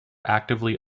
actively